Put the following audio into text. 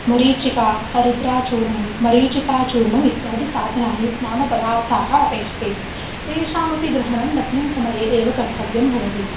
मरीचिका हरिद्राचूर्णं मरीचिकाचूर्णमित्यादीनि साधनानि नाम पदार्थाः अपेक्ष्यन्ते तेषामपि ग्रहणम् अस्मिन् समये एव कर्तव्यं भवति